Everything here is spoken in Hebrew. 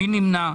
מי נמנע?